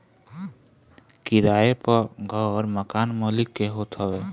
किराए पअ घर मकान मलिक के होत हवे